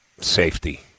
Safety